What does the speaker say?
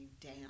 down